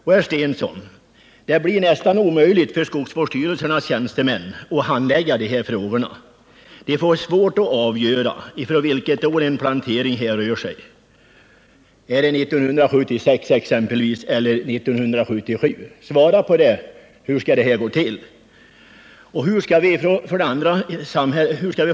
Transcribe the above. Och det blir, herr Stensson, nästan omöjligt för skogsstyrelsens tjänstemän att handlägga dessa frågor. De får svårt att avgöra från vilket år en plantering härrör sig, om den är från 1976 eller 1977. Hur skall det gå till att avgöra det? Svara på den frågan, herr Stensson!